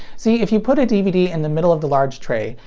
see, if you put a dvd in the middle of the large tray,